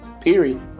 Period